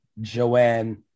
Joanne